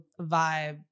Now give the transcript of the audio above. vibe